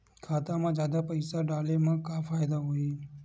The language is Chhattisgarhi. खाता मा जादा पईसा डाले मा का फ़ायदा होही?